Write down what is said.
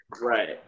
Right